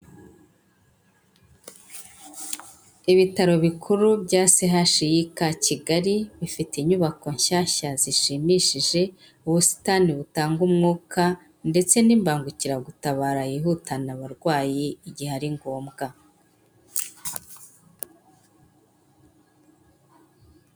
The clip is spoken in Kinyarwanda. Ibitaro bikuru bya CHUK kigali bifite inyubako nshyashya zishimishije, ubusitani butanga umwuka ndetse n'imbangukiragutabara yihutana abarwayi igihe ari ngombwa.